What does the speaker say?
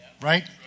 right